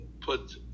put